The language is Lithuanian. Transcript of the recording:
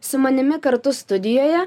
su manimi kartu studijoje